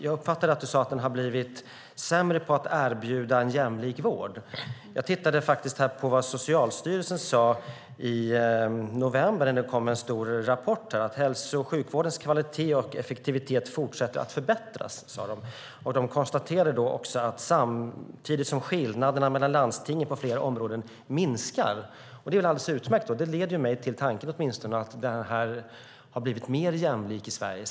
Jag uppfattade att du sade att den har blivit sämre på att erbjuda en jämlik vård. Jag tittade på vad Socialstyrelsen sade i november när det kom en stor rapport. De sade då att hälso och sjukvårdens kvalitet och effektivitet fortsätter att förbättras, och de konstaterade att detta sker samtidigt som skillnaderna mellan landstingen på flera områden minskar. Det är alldeles utmärkt och leder mig till tanken att vården har blivit mer jämlik i Sverige.